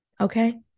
Okay